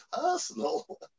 personal